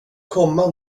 komma